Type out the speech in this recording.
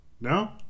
No